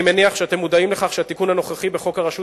אני מניח שאתם מודעים לכך שהתיקון הנוכחי בחוק הרשות